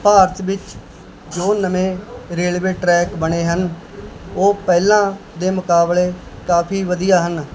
ਭਾਰਤ ਵਿੱਚ ਜੋ ਨਵੇਂ ਰੇਲਵੇ ਟਰੈਕ ਬਣੇ ਹਨ ਉਹ ਪਹਿਲਾਂ ਦੇ ਮੁਕਾਬਲੇ ਕਾਫ਼ੀ ਵਧੀਆ ਹਨ